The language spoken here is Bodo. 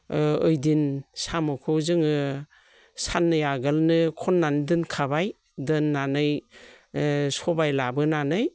ओइदिन साम'खौ जोङो साननै आगोलनो खननानै दोनखाबाय दोननानै सबाय लाबोनानै